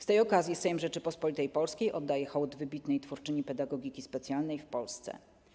Z tej okazji Sejm Rzeczypospolitej Polskiej oddaje hołd wybitnej twórczyni pedagogiki specjalnej w Polsce.